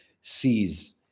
sees